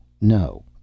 No